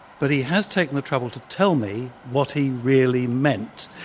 but he has taken the trouble to tell me what he really meant